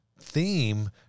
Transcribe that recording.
theme